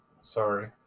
sorry